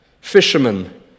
Fishermen